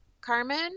Carmen